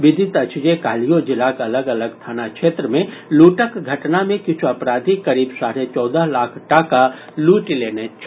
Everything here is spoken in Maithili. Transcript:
विदित अछि जे काल्हियो जिलाक अलग अलग थाना क्षेत्र मे लूटक घटना मे किछु अपराधी करीब साढ़े चौदह लाख टाका लूटि लेने छल